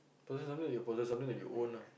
possess something you possess something that you own ah